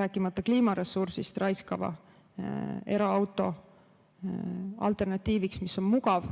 rääkimata kliimaressursist, raiskavale eraautole – alternatiiviks, mis on mugav